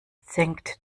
senkt